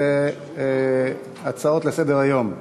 להצעות לסדר-היום מס'